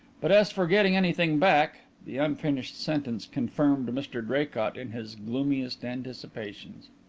but as for getting anything back the unfinished sentence confirmed mr draycott in his gloomiest anticipations.